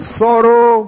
sorrow